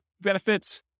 benefits